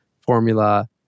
formula